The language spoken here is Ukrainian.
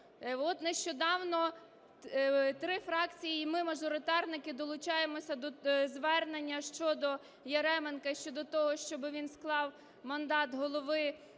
От нещодавно три фракції і ми, мажоратирники, долучаємося до звернення щодо Яременка щодо того, щоб він склав мандат голови